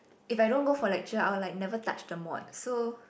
if I don't go for lecture I will like never touch the mod so